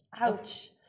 Ouch